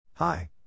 Hi